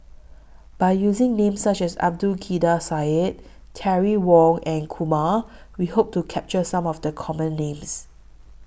By using Names such as Abdul Kadir Syed Terry Wong and Kumar We Hope to capture Some of The Common Names